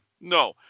No